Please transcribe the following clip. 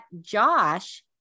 Josh